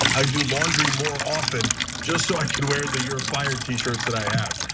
i do laundry more often just so i can wear the your fired t-shirts that i have,